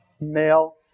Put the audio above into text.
male